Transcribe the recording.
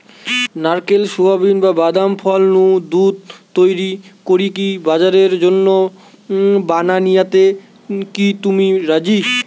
নারকেল, সুয়াবিন, বা বাদাম ফল নু দুধ তইরি করিকি বাজারের জন্য বানানিয়াতে কি তুমি রাজি?